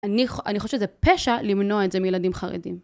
אני חושבת שזה פשע למנוע את זה מילדים חרדים.